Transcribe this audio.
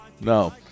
No